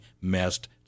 messed